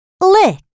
lick